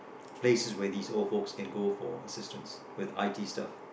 places where this old folks can go for assistance with I_T stuff